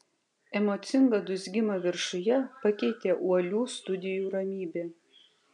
emocingą dūzgimą viršuje pakeitė uolių studijų ramybė